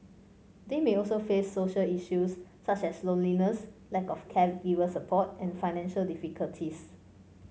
they may also face social issues such as loneliness lack of caregiver support and financial difficulties